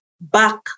back